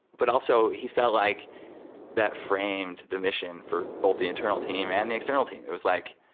but also he felt like that framed the mission for both the internal team and the external team. it was like,